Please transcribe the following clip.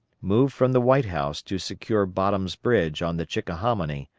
moved from the white house to secure bottom's bridge on the chickahominy,